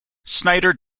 snider